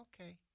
Okay